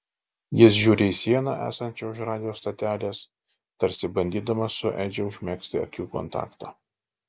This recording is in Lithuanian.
jis žiūri į sieną esančią už radijo stotelės tarsi bandydamas su edžiu užmegzti akių kontaktą